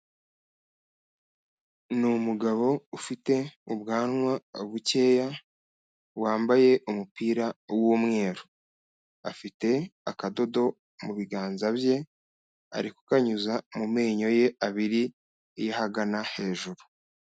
Ni umugabo ufite ubwanwa bukeya, wambaye umupira w'umweru, afite akadodo mu biganza bye ari kukanyuza mu menyo ye abiri ya ahagana hejuru.